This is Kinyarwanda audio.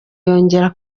yongera